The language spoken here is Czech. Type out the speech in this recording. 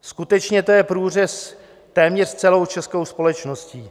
Skutečně to je průřez téměř celou českou společností.